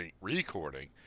recording